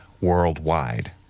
worldwide